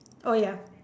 oh ya